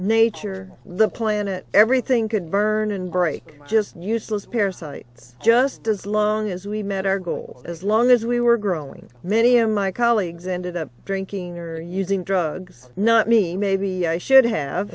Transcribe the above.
nature the planet everything could burn and break just useless parasites just as long as we met our goal as long as we were growing many of my colleagues ended up drinking or using drugs not me maybe i should have